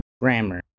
grammar